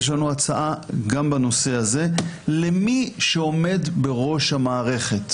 גם בנושא הזה למי שעומד בראש המערכת,